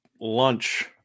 lunch